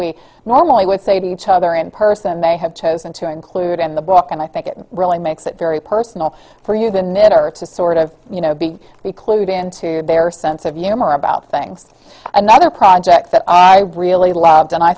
we normally would say to each other in person they have chosen to include in the book and i think it really makes it very personal for you than it are to sort of you know be clued in to bear sense of you know more about things another project that i really loved and i